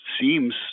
seems